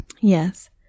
Yes